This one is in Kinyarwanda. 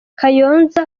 kayonza